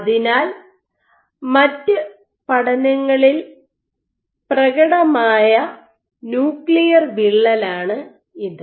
അതിനാൽ മറ്റ് പഠനങ്ങളിൽ പ്രകടമായ ന്യൂക്ലിയർ വിള്ളലാണ് ഇത്